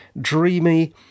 dreamy